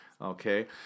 Okay